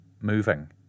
moving